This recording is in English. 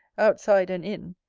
outside and in,